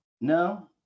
No